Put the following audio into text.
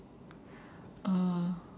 uh